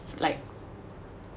like